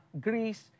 Greece